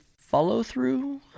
follow-through